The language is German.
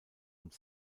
und